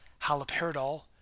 haloperidol